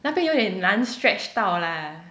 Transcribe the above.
那边有点难 stretch 到啦